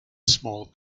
small